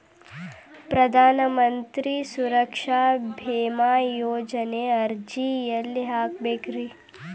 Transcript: ಪ್ರಧಾನ ಮಂತ್ರಿ ಸುರಕ್ಷಾ ಭೇಮಾ ಯೋಜನೆ ಅರ್ಜಿ ಎಲ್ಲಿ ಹಾಕಬೇಕ್ರಿ?